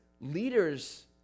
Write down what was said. leaders